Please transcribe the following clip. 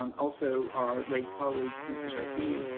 um also our late colleague lisa jardine,